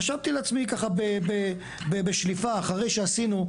חשבתי לעצמי בשליפה אחרי שעשינו,